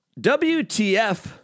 WTF